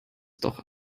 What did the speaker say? doch